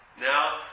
Now